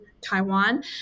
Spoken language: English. Taiwan